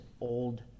old